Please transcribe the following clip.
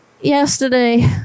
Yesterday